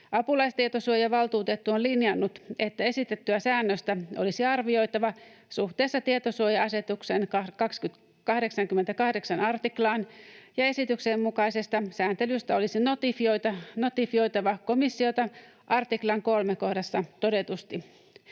Apulaistietosuojavaltuutettu on linjannut, että esitettyä säännöstä olisi arvioitava suhteessa tietosuoja-asetuksen 88 artiklaan ja esityksen mukaisesta sääntelystä olisi notifioitava komissiota artiklan 3 kohdassa todetusti.